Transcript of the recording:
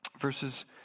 verses